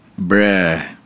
Bruh